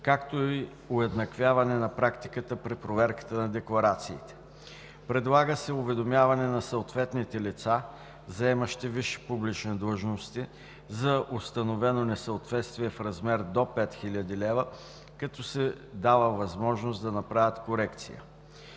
както и уеднаквяване на практиката при проверката на декларациите. Предлага се уведомяване на съответните лица, заемащи висши публични длъжности, за установено несъответствие в размер до 5000 лв., като се дава възможност да направят корекция.